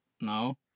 No